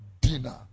dinner